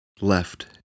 left